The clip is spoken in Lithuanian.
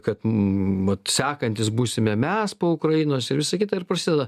kad mat sekantys būsime mes po ukrainos ir visą kitą ir prasideda